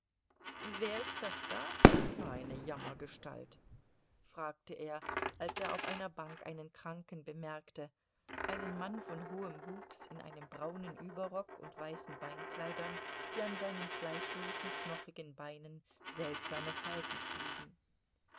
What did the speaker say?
wer ist das da eine jammergestalt fragte er als er auf einer bank einen kranken bemerkte einen mann von hohem wuchs in einem braunen überrock und weißen beinkleidern die an seinen fleischlosen knochigen beinen seltsame falten schlugen